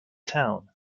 town